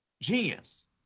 genius